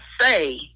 say